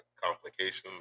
complications